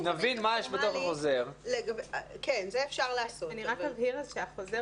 נבין מה יש בתוך החוזר --- אני רק אבהיר שהחוזר